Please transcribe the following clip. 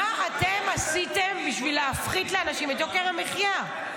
מה אתם עשיתם בשביל להפחית לאנשים את יוקר המחיה?